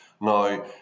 Now